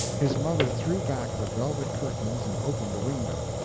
his mother threw back the velvet curtains and opened a window.